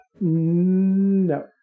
no